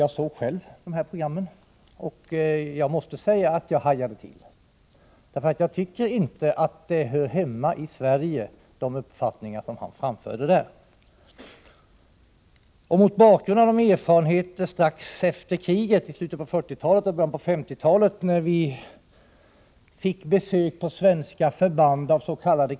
Jag såg själv programmen, och jag måste säga att jag hajade till. Jag tycker inte att de uppfattningar som mannen framförde hör hemma i Sverige. Erfarenheterna från strax efter kriget, i slutet av 1940-talet och början av 1950-talet, då vi fick besök på svenska förband avs.k.